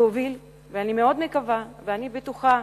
להוביל, ואני מאוד מקווה ואני בטוחה